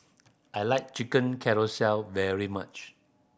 I like Chicken Casserole very much